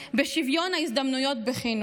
בשוויון ההזדמנויות בחינוך,